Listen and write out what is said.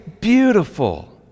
beautiful